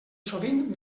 sovint